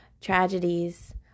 tragedies